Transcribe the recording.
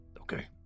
okay